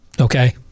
Okay